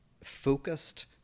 focused